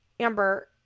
Amber